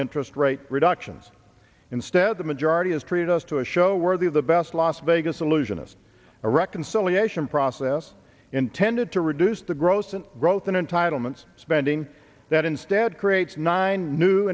interest rate reductions instead the majority is treated us to a show worthy of the best las vegas illusionist a reconciliation process intended to reduce the growth and growth in entitlements spending that instead creates nine new